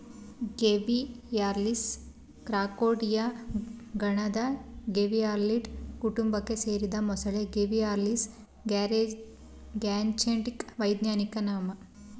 Gavialis crocodylia ಗಣದ Gavialidae ಕುಟುಂಬಕ್ಕೆ ಸೇರಿದ ಮೊಸಳೆ ಗೇವಿಯಾಲಿಸ್ ಗ್ಯಾಂಜೆಟಿಕಸ್ ವೈಜ್ಞಾನಿಕ ನಾಮ